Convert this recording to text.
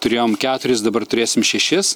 turėjom keturis dabar turėsim šešis